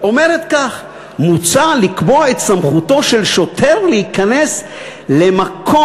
אומרת כך: מוצע לקבוע את סמכותו של שוטר להיכנס למקום